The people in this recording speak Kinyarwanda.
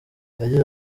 yagize